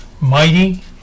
mighty